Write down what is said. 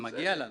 מגיע לנו.